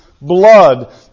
Blood